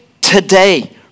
today